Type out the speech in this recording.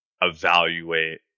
evaluate